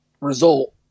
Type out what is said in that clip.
result